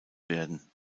werden